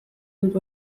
dut